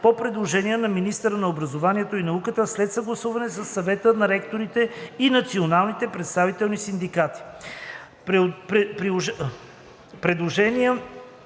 по предложение на министъра на образованието и науката след съгласуване със Съвета на ректорите и национално представителните синдикати.“